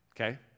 Okay